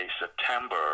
September